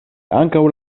ankaŭ